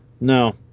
No